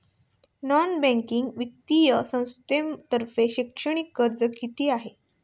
Non banking वित्तीय संस्थांतर्फे शैक्षणिक कर्ज किती आहे?